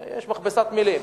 יש מכבסת מלים.